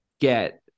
get